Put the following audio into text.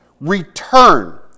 return